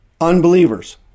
unbelievers